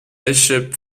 bishop